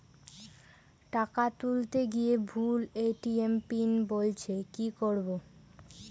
টাকা তুলতে গিয়ে ভুল এ.টি.এম পিন বলছে কি করবো?